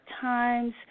Times